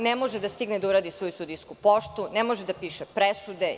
Ne može da stigne da uradi svoju sudijsku poštu, ne može da piše presude.